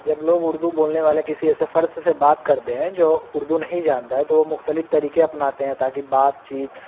جب لوگ اردو بولنے والے کسی ایسے فرد سے بات کرتے ہیں جو اردو نہیں جانتا ہے تو وہ مختلف طریقے اپناتے ہیں تاکہ بات چیت